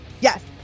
Yes